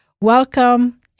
Welcome